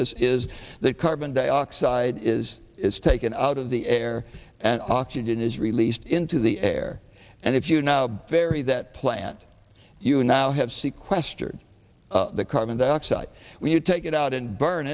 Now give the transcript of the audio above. sis is that carbon dioxide is is taken out of the air and oxygen is released into the air and if you now vary that plant you now have sequestered the carbon dioxide when you take it out and burn